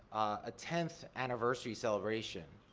a tenth anniversary celebration,